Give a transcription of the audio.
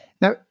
Now